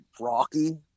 rocky